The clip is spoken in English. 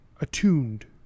attuned